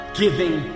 giving